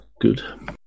Good